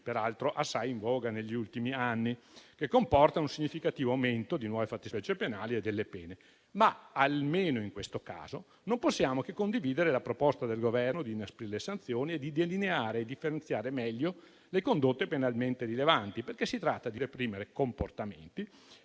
peraltro assai in voga negli ultimi anni, che comporta un significativo aumento di nuove fattispecie penali e delle pene. Almeno in questo caso, però, non possiamo che condividere la proposta del Governo di inasprire le sanzioni e di delineare e differenziare meglio le condotte penalmente rilevanti, perché si tratta di reprimere comportamenti